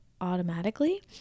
automatically